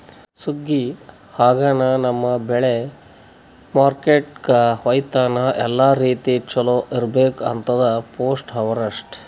ಸುಗ್ಗಿ ಆಗನ ನಮ್ಮ್ ಬೆಳಿ ಮಾರ್ಕೆಟ್ಕ ಒಯ್ಯತನ ಎಲ್ಲಾ ರೀತಿ ಚೊಲೋ ಇರ್ಬೇಕು ಅಂತದ್ ಪೋಸ್ಟ್ ಹಾರ್ವೆಸ್ಟ್